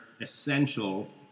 essential